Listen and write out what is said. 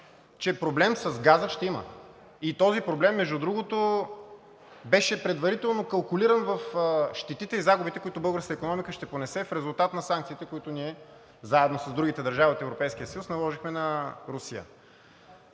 че проблем с газа ще има и този проблем, между другото, беше предварително калкулиран в щетите и загубите, които българската икономика ще понесе в резултат на санкциите, които ние заедно с другите държави от Европейския съюз наложихме на Русия.